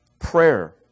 prayer